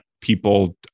people